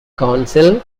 council